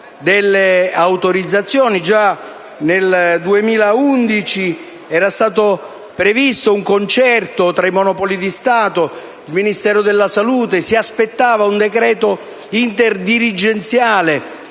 delle autorizzazioni. Già nel 2011 era stato previsto un concerto tra i Monopoli di Stato ed il Ministero della salute per l'emanazione di un decreto interdirigenziale